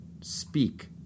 speak